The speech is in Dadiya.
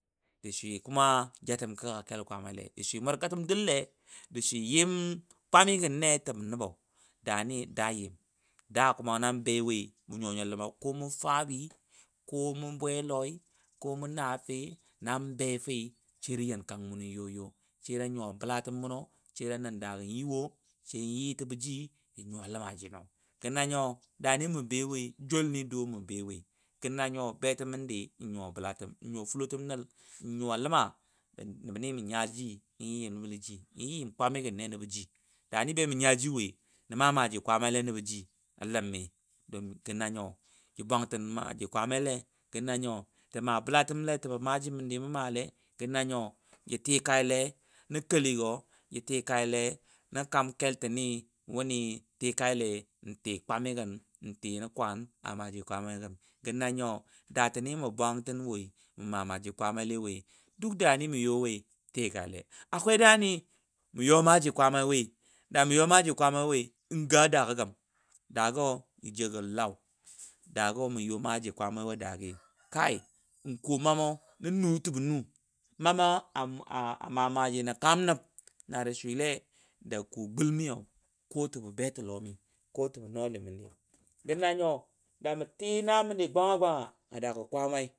Ja swi kuma jatəm kəka kel kwaamai le ji swi yim kwamigən ne jə nəbo dani da yim da lam bei mu nyuwa nyuwa lə ko mu fabiko mu bwe lɔi ko mu na fe nan be fi sai ja yen kangɔ yo yo sai da nyuwa bəlatəm muno sai ya yen kango yo yo sai yi təji sai nyuwa ləmajino gə na nyo dani mə be woi joul ni duwai mə bewoi n nyuwa bəlatəm nyuwa fʊlo təm nəl ləmanəbni bamə nyaji bə yi yim jan ne nəbɔ ji nə ma maaji kwaamaile nəbo ji domin gə na nyo ja bwantən maaji kwaamai lle da ma bəlatəmle jəbo maaji go mə malaija tikaile kɛligo wuni tikale ti nə kwan ni gə nanyo datəni mə bwantən woi ma maaji kwaama le woi duk danimə you woi ja tikaile mə yɔ maaji kwaama woi n gə adago gəm dago ji jau go Lau dago mə yo maaji kwaamai adgi n kuwo mamo nu sabe nu mamo a ma maaji jəbo kamnəb don se ja ko gul miyau ko nwalami ko betəlɔmi gə nyo da ti naməndi gwanga gwanga